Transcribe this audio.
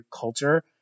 culture